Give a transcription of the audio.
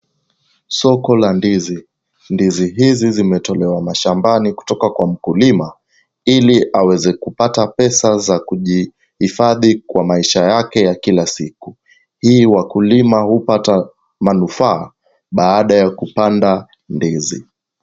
Soko la ndizi. Ndizi hizi zimetolewa mashambani kutoka kwa mkulima, ili aweza kupata pesa za kujihifadhi kwa maisha yake ya kila siku. Hivi wakulima hupata manufaa baada ya kupanda ndizi.